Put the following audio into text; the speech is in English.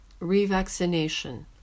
revaccination